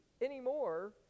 anymore